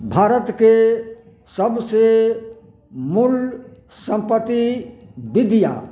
भारतके सबसे मूल सम्पति विद्या